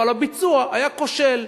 אבל הביצוע היה כושל,